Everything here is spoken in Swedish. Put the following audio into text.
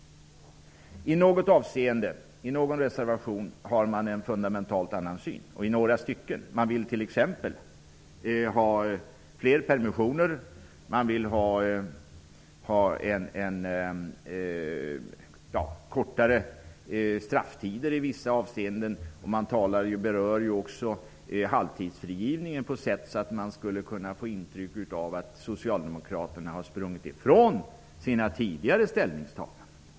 I något avseende, i någon reservation, har Socialdemokraterna en fundamentalt annorlunda syn än vi. De vill t.ex. ha fler permissioner och kortare strafftider i vissa avseenden. Socialdemokraterna berör också halvtidsfrigivningen på ett sätt så att man skulle kunna få intryck av att de har sprungit ifrån sina tidigare ställningstaganden.